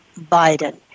Biden